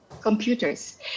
computers